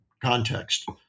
Context